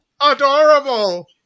Adorable